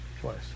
twice